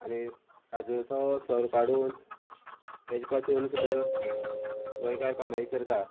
आनी काजूचो सोरो काडून तेजे पासून सुद्दां गोंयकार कमाई करता